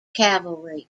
cavalry